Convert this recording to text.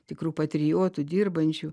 tikrų patriotų dirbančių